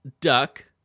duck